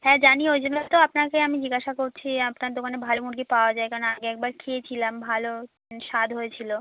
হ্যাঁ জানি ওই জন্য তো আপনাকে আমি জিজ্ঞাসা করছি আপনার দোকানে ভালো মুরগি পাওয়া যায় কারণ আগে একবার খেয়েছিলাম ভালো স্বাদ হয়েছিলো